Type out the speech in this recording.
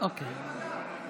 להעביר לוועדת מדע.